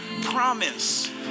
promise